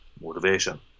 motivation